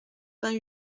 vingt